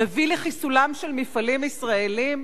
מביא לחיסולם של מפעלים ישראליים?